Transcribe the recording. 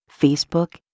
Facebook